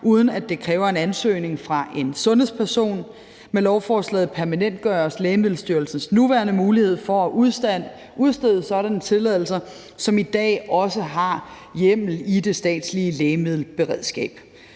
uden at det kræver en ansøgning fra en sundhedsperson. Med lovforslaget permanentgøres Lægemiddelstyrelsens nuværende mulighed for at udstede sådanne tilladelser, som i dag også har hjemmel i det statslige lægemiddelberedskab.